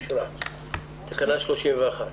תקנה 30 אושרה.